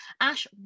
Ash